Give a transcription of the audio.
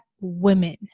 Women